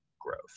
growth